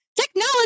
technology